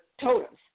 totems